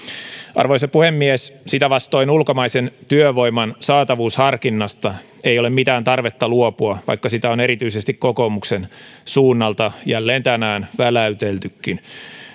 arvoisa puhemies sitä vastoin ulkomaisen työvoiman saatavuusharkinnasta ei ole mitään tarvetta luopua vaikka sitä on erityisesti kokoomuksen suunnalta jälleen tänään väläyteltykin